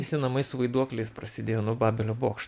visi namai su vaiduokliais prasidėjo nuo babelio bokš